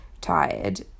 tired